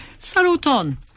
Saluton